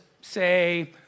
say